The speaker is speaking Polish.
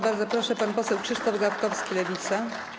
Bardzo proszę, pan poseł Krzysztof Gawkowski, Lewica.